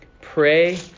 Pray